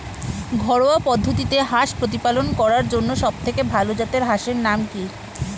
ঘরোয়া পদ্ধতিতে হাঁস প্রতিপালন করার জন্য সবথেকে ভাল জাতের হাঁসের নাম কি?